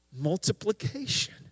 Multiplication